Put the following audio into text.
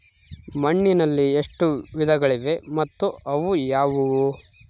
ಮಣ್ಣಿನಲ್ಲಿ ಎಷ್ಟು ವಿಧಗಳಿವೆ ಮತ್ತು ಅವು ಯಾವುವು?